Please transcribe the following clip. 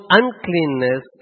uncleanness